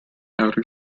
outer